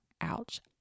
ouch